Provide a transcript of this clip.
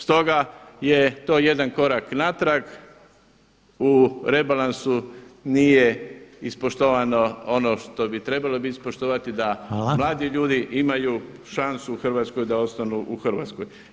Stoga je to jedan korak natrag u rebalansu, nije ispoštovano ono što bi trebalo biti ispoštovano da mladi ljudi imaju šansu u Hrvatskoj da ostanu u Hrvatskoj.